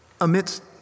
amidst